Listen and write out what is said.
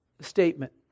statement